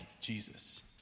Jesus